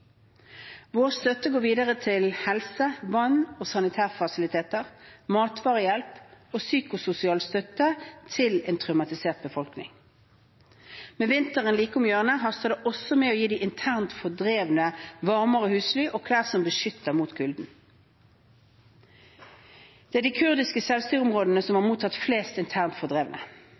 Vår støtte går videre til helse, vann og sanitærfasiliteter, matvarehjelp og psykososial støtte til en traumatisert befolkning. Med vinteren like om hjørnet haster det også med å gi de internt fordrevne varmere husly og klær som beskytter mot kulden. Det er de kurdiske selvstyrte områdene som har mottatt flest internt fordrevne.